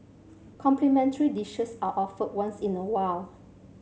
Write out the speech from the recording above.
complimentary dishes are offered once in a while